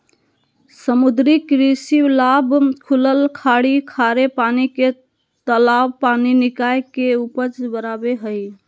समुद्री कृषि लाभ खुलल खाड़ी खारे पानी के तालाब पानी निकाय के उपज बराबे हइ